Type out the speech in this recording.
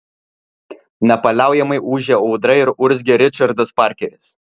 nepaliaujamai ūžė audra ir urzgė ričardas parkeris